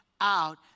out